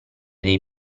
dei